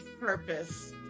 purpose